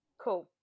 Cool